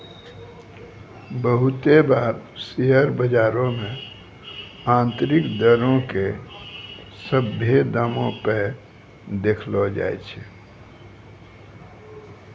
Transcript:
बहुते बार शेयर बजारो मे आन्तरिक दरो के सभ्भे दामो पे देखैलो जाय छै